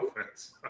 offense